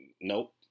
nope